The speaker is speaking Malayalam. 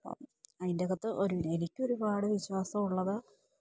അപ്പോള് അതിന്റകത്ത് എനിക്കൊരുപാട് വിശ്വാസമുള്ളത്